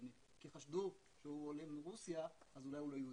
כי חשדו שהוא עולה מרוסיה אז אולי הוא לא יהודי.